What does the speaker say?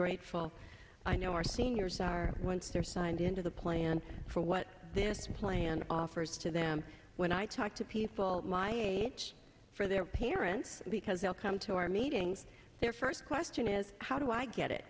grateful i know our seniors are once they're signed into the plan for what this plan offers to them when i talk to people my age for their parents because they'll come to our meetings their first question is how do i get it